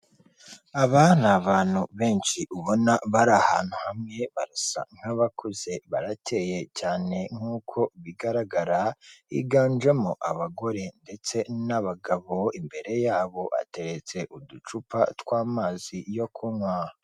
Aba n’abantu benshi ubona bari ahantu hamwe barasa nk'abakuze, barakeye cyane nkuko bigaragara higanjemo abagore ndetse n' nabagabo imbere yabo hateretse uducupa tw'amazi yo kunywa.